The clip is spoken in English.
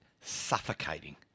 suffocating